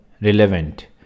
relevant